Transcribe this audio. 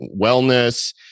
wellness